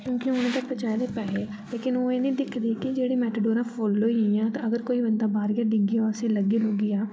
क्योंकि उनें ते चाहिदे पैहे लेकिन ओह् एह् नी दिखदे कि जेह्ड़े मेटाडोरां फुल्ल होई गेइयां ते अगर कोई बन्दा बाहर गै डिग्गी जा उसी लग्गी लुग्गी जा